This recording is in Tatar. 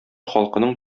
халкының